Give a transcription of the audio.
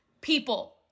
people